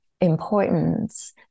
importance